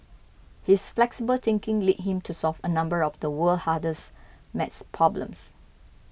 his flexible thinking led him to solve a number of the world hardest maths problems